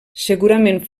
segurament